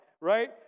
right